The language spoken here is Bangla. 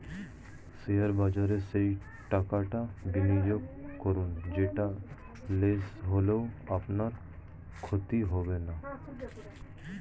শেয়ার বাজারে সেই টাকাটা বিনিয়োগ করুন যেটা লস হলেও আপনার ক্ষতি হবে না